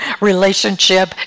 relationship